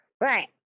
Right